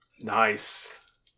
Nice